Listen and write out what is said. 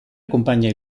accompagna